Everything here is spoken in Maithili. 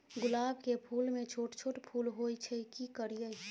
गुलाब के फूल में छोट छोट फूल होय छै की करियै?